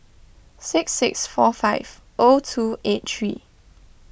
six six four five O two eight three